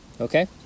okay